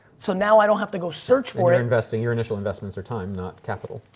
so now i don't have to go search for investing. your initial investments are time, not capital.